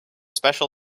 special